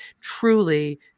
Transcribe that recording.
truly